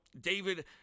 David